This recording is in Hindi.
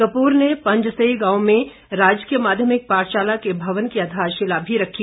कपूर ने पंजसई गांव में राजकीय माध्यमिक पाठशाला के भवन की आधारशिला भी रखी